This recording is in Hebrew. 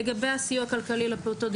לגבי הסיוע הכלכלי לפעוטות,